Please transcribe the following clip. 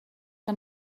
que